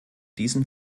diesem